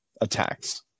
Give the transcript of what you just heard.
attacks